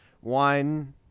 One